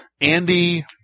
Andy